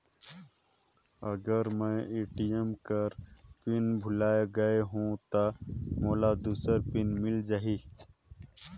अगर मैं ए.टी.एम कर पिन भुलाये गये हो ता मोला दूसर पिन मिल जाही?